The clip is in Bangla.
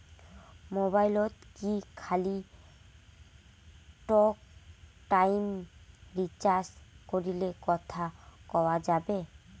মোবাইলত কি খালি টকটাইম রিচার্জ করিলে কথা কয়া যাবে?